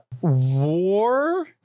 war